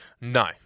No